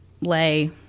lay